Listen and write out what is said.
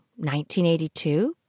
1982